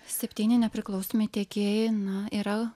septyni nepriklausomi tiekėjai na yra